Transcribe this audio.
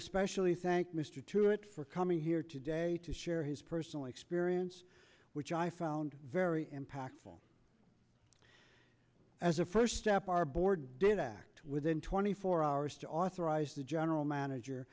especially thank mr to it for coming here today to share his personal experience which i found very impactful as a first step our board did act within twenty four hours to authorize the general manager